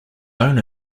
own